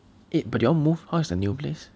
eh but did you all move how's the new place